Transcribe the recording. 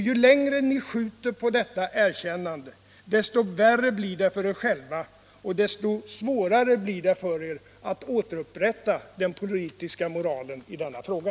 Ju längre ni skjuter upp detta erkännande, desto värre blir det för er själva och desto större svårigheter får ni att återupprätta den politiska moralen i denna fråga.